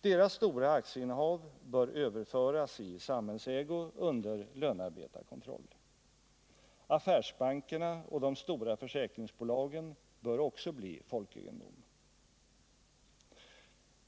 Deras stora aktieinnehav bör överföras i samhällsägo under lönarbetarkortroll. Affärsbankerna och de stora försäkringsbolagen bör också bli folkegendom.